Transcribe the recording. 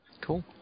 Cool